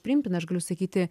priimtina aš galiu sakyti